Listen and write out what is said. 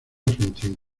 argentino